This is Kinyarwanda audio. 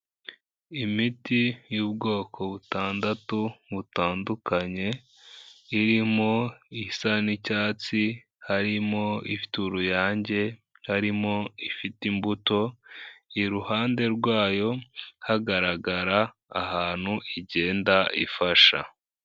Imiti y'ubwoko butandatu butandukanye irimo isa n'icyatsi, harimo ifite uruyangye harimo ifite imbuto iruhande rwayo hagaragara ahantu igenda ifasha.